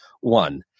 one